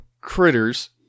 critters